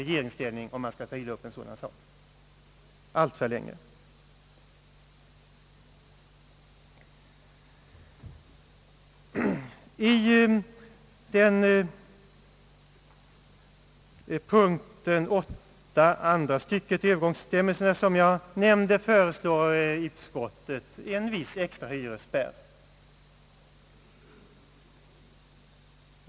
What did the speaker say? hyreslagstiftningen sådan sak, ha suttit mycket länge i regeringsställning, alltför länge. I punkt 8 andra stycket i övergångsbestämmelserna föreslår utskottet en viss extra hyresspärr.